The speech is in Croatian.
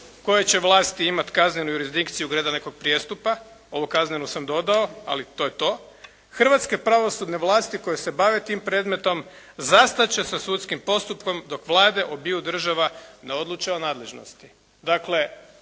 koje će vlasti imati kaznenu jurisdikciju glede nekog prijestupa», ovo kazneno sam dodao ali to je to, hrvatske pravosudne vlasti koje se bave tim predmetom zastat će sa sudskim postupkom dok vlade obiju država ne odluče o nadležnosti.